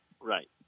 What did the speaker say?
Right